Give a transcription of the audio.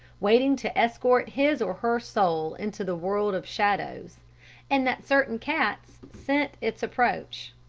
waiting to escort his or her soul into the world of shadows and that certain cats scent its approach.